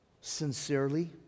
sincerely